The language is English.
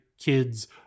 kids